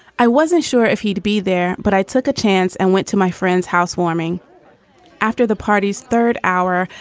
i wasn't sure if he'd be there, but i took a chance and went to my friend's house warming after the party's third hour.